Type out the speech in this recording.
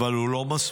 אבל הוא לא מספיק.